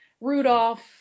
Rudolph